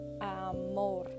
amor